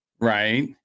Right